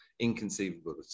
inconceivable